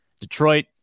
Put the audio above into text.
Detroit